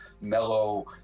mellow